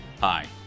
Hi